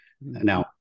now